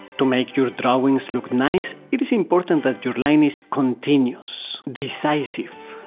to make your drawings look nice it is important that your line is continuos, decisive,